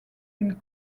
been